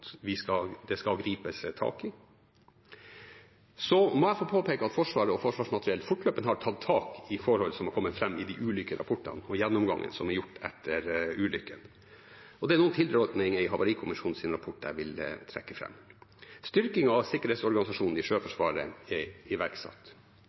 skal gripes tak i. Så må jeg få påpeke at Forsvaret og Forsvarsmateriell fortløpende har tatt tak i forhold som har kommet fram i de ulike rapportene og i gjennomgangen som er gjort etter ulykken. Det er noen tilrådinger i Havarikommisjonens rapport jeg vil trekke fram: Styrking av sikkerhetsorganisasjonen i